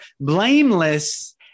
blameless